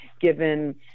given